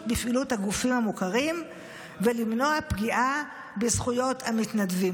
בפעילות הגופים המוכרים ולמנוע פגיעה בזכויות המתנדבים.